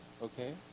Okay